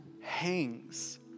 hangs